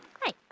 Hi